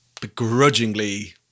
begrudgingly